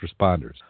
responders